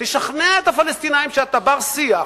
תשכנע את הפלסטינים שאתה בר-שיח,